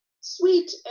sweet